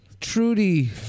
Trudy